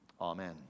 Amen